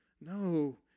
No